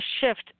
shift